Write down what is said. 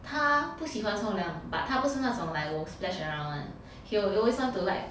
它不喜欢冲凉 but 它不是那种 like will splash around [one] he'll always want to like